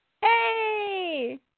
Hey